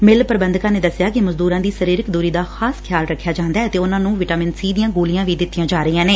ਸਿੱਲ ਪ੍ਰਬੰਧਕਾ ਨੇ ਦਸਿਆ ਕਿ ਮਜ਼ਦੂਰਾ ਦੀ ਸਰੀਰਕ ਦੂਰੀ ਦਾ ਖ਼ਾਸ ਖਿਆਲ ਰਖਿਆ ਜਾਂਦੈ ਅਤੇ ਉਨੂਾ ਨੂੰ ਵਿਟਾਮਿਨ ਸੀ ਦੀਆਂ ਗੋਲੀਆਂ ਵੀ ਦਿੱਤੀਆਂ ਜਾ ਰਹੀਆਂ ਨੇ